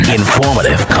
informative